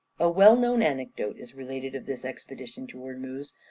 a well-known anecdote is related of this expedition to ormuz,